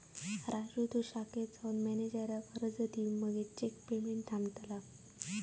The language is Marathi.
राजू तु शाखेत जाऊन मॅनेजराक अर्ज दे मगे चेक पेमेंट थांबतला